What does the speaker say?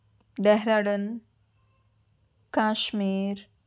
Dehradun Kashmir